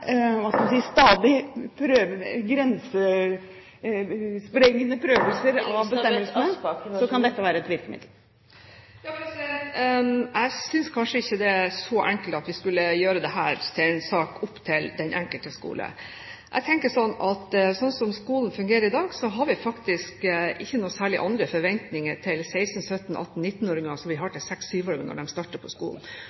hva skal jeg si – stadig grensesprengende prøvelser på grunn av bestemmelsene, kan dette være et virkemiddel. Jeg synes kanskje ikke det er så enkelt at vi skulle gjøre dette til en sak som er opp til den enkelte skole. Jeg tenker at slik som skolen fungerer i dag, har vi ikke noen særlig andre forventninger til 16–17–18–19-åringer enn vi har